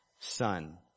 Son